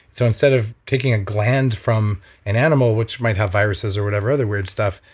so instead of taking a gland from an animal which might have viruses or whatever other weird stuff,